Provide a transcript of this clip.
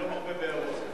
אני לא מרבה בהערות.